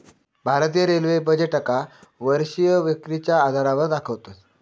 भारतीय रेल्वे बजेटका वर्षीय विक्रीच्या आधारावर दाखवतत